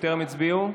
שטרם הצביעו?